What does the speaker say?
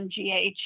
MGH